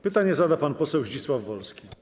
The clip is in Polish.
Pytanie zada pan poseł Zdzisław Wolski.